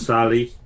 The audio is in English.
Sally